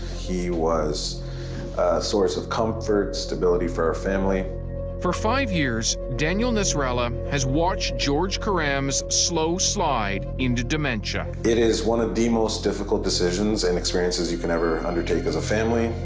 he was a source of comfort, stability for our family. david for five years, daniel nessrallah has watched george karam's slow slide into dementia. it is one of the most difficult decisions and experiences you could ever undertake as a family.